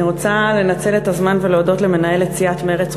אני רוצה לנצל את הזמן ולהודות למנהלת סיעת מרצ,